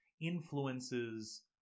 influences